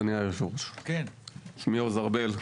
שלום אדוני היושב ראש, שמי עוז ארבל.